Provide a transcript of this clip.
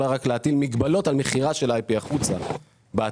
אולי רק להטיל מגבלות על מכירה של IP החוצה בעתיד,